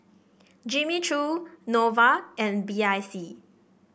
Jimmy Choo Nova and B I C